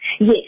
Yes